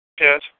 Yes